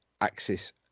axis